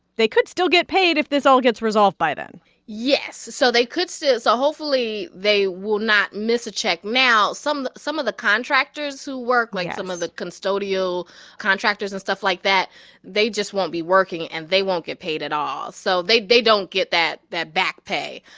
they could still get paid if this all gets resolved by then yes, so they could so hopefully, they will not miss a check. now, some some of the contractors who work. yes. like some of the custodial contractors and stuff like that they just won't be working, and they won't get paid at all. so they they don't get that that back pay.